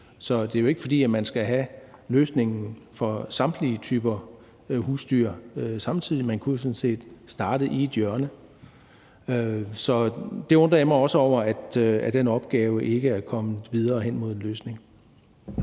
så det er jo ikke, fordi man skal have løsningen for samtlige typer husdyr samtidig; man kunne jo sådan set starte i et hjørne. Så jeg undrer mig også over, at den opgave ikke er kommet videre hen imod en løsning.